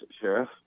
Sheriff